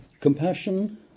Compassion